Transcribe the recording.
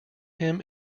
him